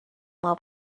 while